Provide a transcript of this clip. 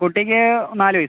കുട്ടിക്ക് നാല് വയസ്സ്